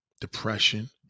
Depression